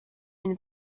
une